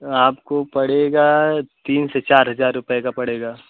आपको पड़ेगा तीन से चार हज़ार रुपये का पड़ेगा